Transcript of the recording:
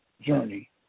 journey